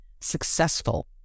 successful